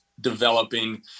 developing